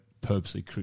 purposely